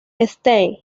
stein